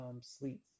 sleep